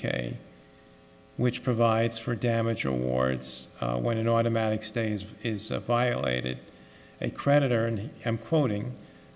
k which provides for damage awards when an automatic stays is violated a creditor and i'm quoting